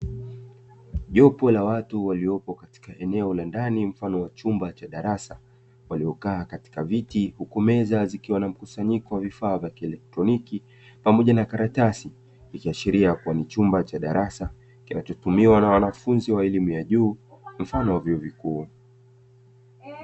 Jopo la watu waliopo katika eneo la ndani mfano wa chumba cha darasa, waliokaa katika viti, huku meza zikiwa na mkusanyiko wa vifaa vya kielektroniki pamoja na karatasi ya sheria ya kuwa ni chumba cha darasa kinachotumiwa na wanafunzi wa elimu ya juu, mfano wa vyuo vikuu.